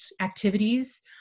activities